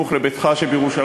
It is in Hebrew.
סמוך לביתך שבירושלים?